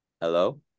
Hello